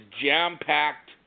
jam-packed